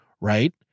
right